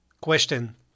question